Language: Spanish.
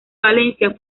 valencia